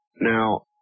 Now